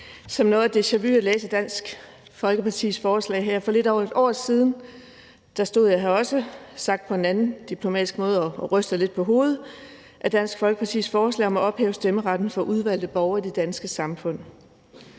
som noget af et deja-vu at læse Dansk Folkepartis forslag her. For lidt over et år siden stod jeg her også og – sagt på en diplomatisk måde – rystede lidt på hovedet ad Dansk Folkepartis forslag om at ophæve stemmeretten for udvalgte borgere i det danske samfund.